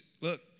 look